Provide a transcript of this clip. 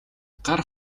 гар